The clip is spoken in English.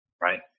right